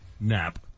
Nap